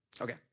Okay